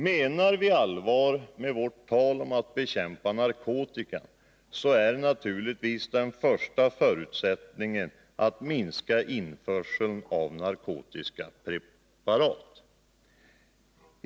Menar vi allvar med vårt tal om att bekämpa narkotikan är naturligtvis den första förutsättningen att införseln av narkotiska preparat minskar.